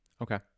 Okay